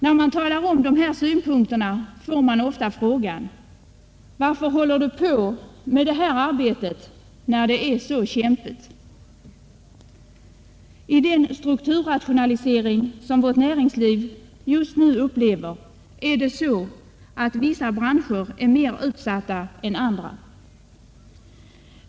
När man framför dessa synpunkter får man ofta frågan: Varför håller du på med detta arbete när det är så kämpigt? Ja, i den strukturrationalisering som vårt näringsliv just nu upplever är vissa branscher mer utsatta än andra.